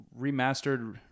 remastered